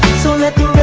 so let